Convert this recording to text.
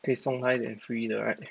可以送他一点 free 的 right